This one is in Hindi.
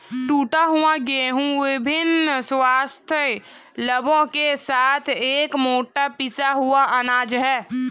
टूटा हुआ गेहूं विभिन्न स्वास्थ्य लाभों के साथ एक मोटा पिसा हुआ अनाज है